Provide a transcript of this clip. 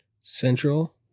Central